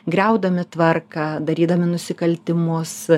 griaudami tvarką darydami nusikaltimus